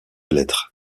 lettres